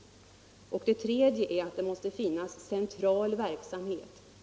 3. Det måste finnas en central verksamhet.